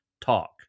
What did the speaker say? talk